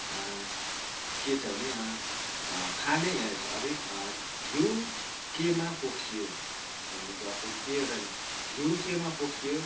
के छ भने खाने घिउ केमा पोखियो भने चाहिँ अर्को चाहिँ के घिउ केमा पोखियो